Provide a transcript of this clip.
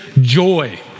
joy